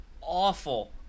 awful